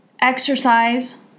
exercise